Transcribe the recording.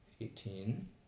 Eighteen